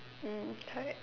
mm correct